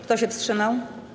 Kto się wstrzymał?